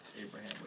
Abraham